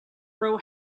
row